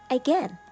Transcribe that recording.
again